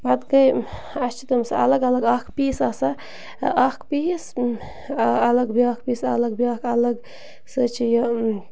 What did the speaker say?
پَتہٕ گٔے اَسہِ چھِ تِم سُہ الگ الگ اَکھ پیٖس آسان اَکھ پیٖس الگ بیٛاکھ پیٖس الگ بیٛاکھ الگ سُہ حظ چھُ یہِ